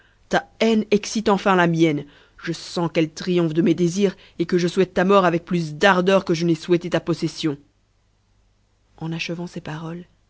ta haine excite enfin la mienne je sens qu'elle triomphe de mes désirs et que je souhaite ta mort avec plus d'ardeur que je n'ai souhaité ta possession en achevant ces paroles